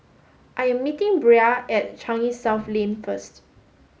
I am meeting Bria at Changi South Lane first